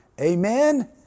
Amen